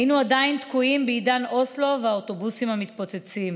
היינו עדיין תקועים בעידן אוסלו והאוטובוסים המתפוצצים.